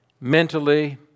mentally